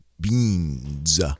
beans